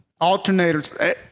Alternators